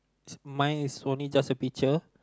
mine is only just a picture